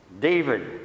David